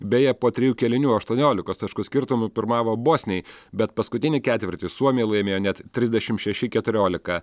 beje po trijų kėlinių aštuoniolikos taškų skirtumu pirmavo bosniai bet paskutinį ketvirtį suomiai laimėjo net trisdešimt šeši keturiolika